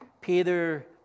Peter